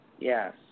Yes